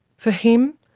for him,